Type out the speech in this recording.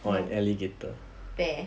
no bear